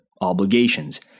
obligations